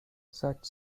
such